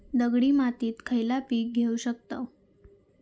दगडी मातीत खयला पीक घेव शकताव?